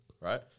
right